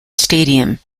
stadium